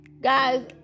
Guys